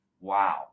wow